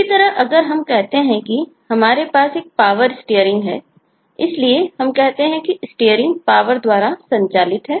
इसी तरह अगर हम कहते हैं कि हमारे पास एक Power steering है इसलिए हम कहते हैं कि Steering power द्वारा संचालित है